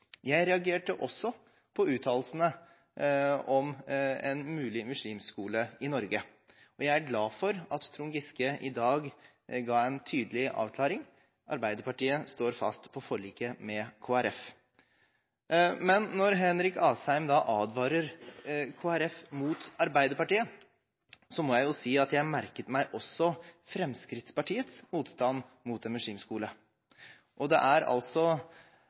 Jeg reagerte også på uttalelsene om en mulig muslimskole i Norge. Jeg er glad for at Trond Giske i dag ga en tydelig avklaring: Arbeiderpartiet står fast på forliket med Kristelig Folkeparti. Men når Henrik Asheim advarer Kristelig Folkeparti mot Arbeiderpartiet, må jeg si at jeg merket meg også Fremskrittspartiets motstand mot en muslimskole. Det er altså